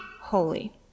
holy